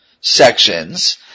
sections